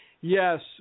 yes